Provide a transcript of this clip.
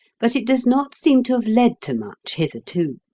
but it does not seem to have led to much hitherto.